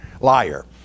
liar